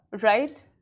Right